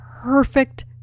perfect